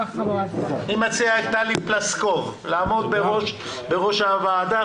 אני מציע את טלי פלוסקוב לעמוד בראש הוועדה.